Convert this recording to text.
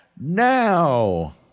now